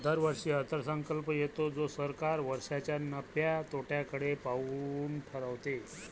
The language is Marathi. दरवर्षी अर्थसंकल्प येतो जो सरकार वर्षाच्या नफ्या तोट्याकडे पाहून ठरवते